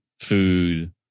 food